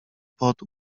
pod